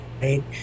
right